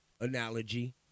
analogy